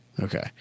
Okay